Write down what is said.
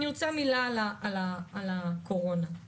יש